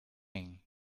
going